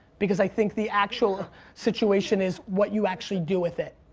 because i think the actual situation is what you actually do with it.